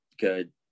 good